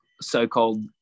so-called